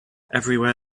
everywhere